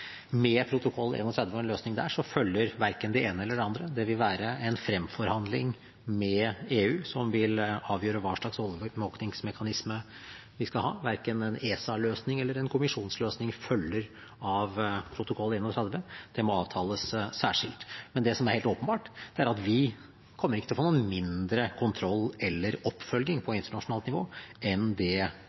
Med protokoll 31 og en løsning der følger verken det ene eller det andre. Det vil være en fremforhandling med EU som vil avgjøre hva slags overvåkningsmekanisme vi skal ha. Verken en ESA-løsning eller en kommisjonsløsning følger av protokoll 31, det må avtales særskilt. Men det som er helt åpenbart, er at vi ikke kommer til å få noe mindre kontroll eller oppfølging på internasjonalt nivå enn det